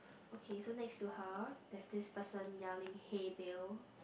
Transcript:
okay so next to her there's this person yelling hey bill